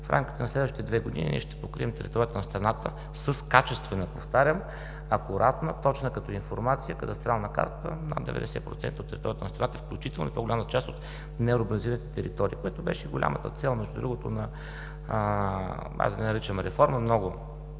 В рамките на следващите две години ние ще покрием територията на страната с качествена, повтарям, акуратна, точна като информация кадастрална карта – над 90% от територията на страната, включително по-голямата част от неурбанизираните територии. Това беше голямата цел между другото, хайде, да не я наричаме „реформа“ –